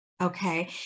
Okay